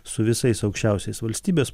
su visais aukščiausiais valstybės